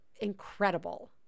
incredible